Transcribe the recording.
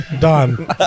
done